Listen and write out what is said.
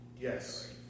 Yes